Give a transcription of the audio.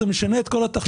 וזה משנה את כל התחשיבים,